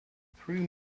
three